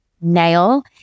nail